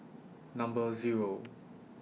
Number Zero